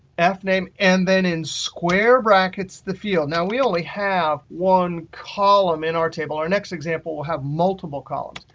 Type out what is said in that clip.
yeah fname, and then in square brackets, the field. now, we only have one column in our table. our next example will have multiple columns.